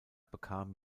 bekam